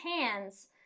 hands